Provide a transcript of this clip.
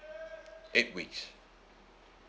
eight weeks